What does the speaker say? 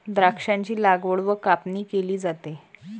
द्राक्षांची लागवड व कापणी केली जाते